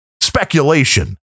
speculation